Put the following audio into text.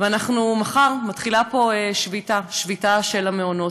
ומחר מתחילה פה שביתה, שביתה של המעונות.